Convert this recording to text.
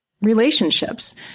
relationships